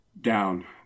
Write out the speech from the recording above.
down